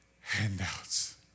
handouts